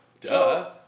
Duh